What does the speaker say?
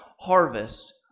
harvest